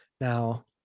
Now